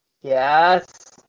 yes